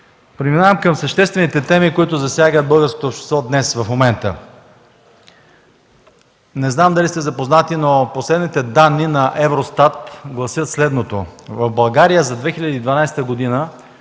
Преминавам към съществените теми, които засягат българското общество днес, в момента. Не знам дали сте запознат, но последните данни на Евростат гласят следното. В България за 2012 г.